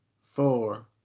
four